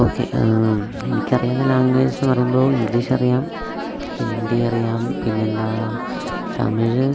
okay എനിക്കറിയാവുന്ന language എന്ന് പറയുമ്പോൾ ഇംഗ്ലീഷ് അറിയാം ഹിന്ദി അറിയാം പിന്നെന്താ തമിഴ്